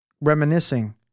reminiscing